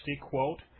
Quote